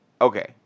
Okay